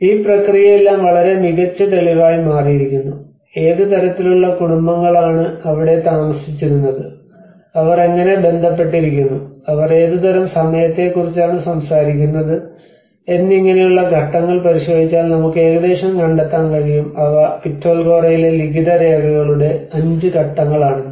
ഈ പ്രക്രിയയെല്ലാം വളരെ മികച്ച തെളിവായി മാറിയിരിക്കുന്നു ഏത് തരത്തിലുള്ള കുടുംബങ്ങളാണ് അവിടെ താമസിച്ചിരുന്നത് അവർ എങ്ങനെ ബന്ധപ്പെട്ടിരിക്കുന്നു അവർ ഏതുതരം സമയത്തെക്കുറിച്ചാണ് സംസാരിക്കുന്നത് എന്നിങ്ങനെയുള്ള ഘട്ടങ്ങൾ പരിശോധിച്ചാൽ നമുക്ക് ഏകദേശം കണ്ടെത്താൻ കഴിയും അവ പിറ്റാൽഖോറയിലെ ലിഖിത രേഖകളുടെ 5 ഘട്ടങ്ങൾ ആണെന്ന്